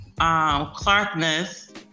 Clarkness